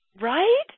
Right